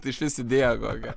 tai išvis idėja kokia